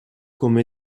comme